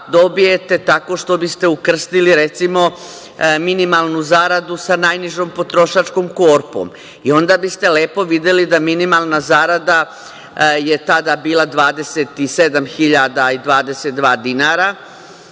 dobijete tako što biste ukrstili recimo minimalnu zaradu sa najnižom potrošačkom korpom i onda biste lepo videli da minimalna zarada je tada bila 27.022 dinara,